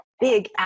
big